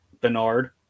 Bernard